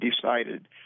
decided